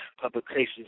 Publications